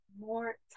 more